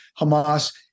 Hamas